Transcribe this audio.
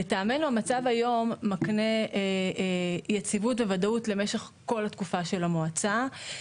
לטעמנו המצב היום מקנה יציבות וודאות למשך כל התקופה של המועצה.